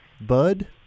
Bud